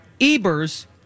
Ebers